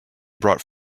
brought